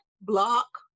block